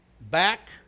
back